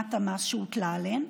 משומת המס שהוטלה עליהם,